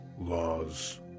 laws